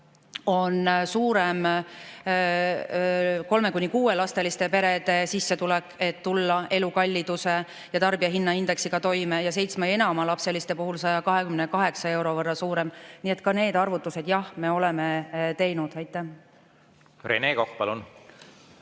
on suurem kolme‑ kuni kuuelapseliste perede sissetulek, et tulla elukalliduse ja tarbijahinnaindeksiga toime, ja seitsme‑ ja enamalapseliste puhul 128 euro võrra suurem. Nii et ka need arvutused me oleme teinud. Suur aitäh! Olen